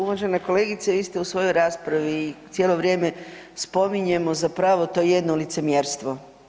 Uvažena kolegice vi ste u svojoj raspravi i cijelo vrijeme spominjemo zapravo to jedno licemjerstvo.